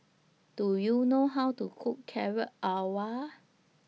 Do YOU know How to Cook Carrot Halwa